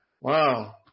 wow